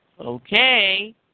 okay